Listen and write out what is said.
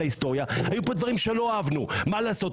היו פה דברים שלא אהבנו - מה לעשות,